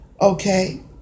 Okay